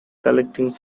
collecting